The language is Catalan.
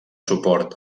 suport